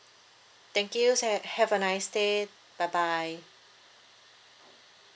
thank you sa~ have a nice day bye bye